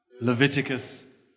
Leviticus